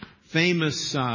famous